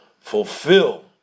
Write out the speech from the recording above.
fulfill